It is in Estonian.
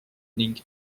ning